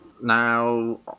Now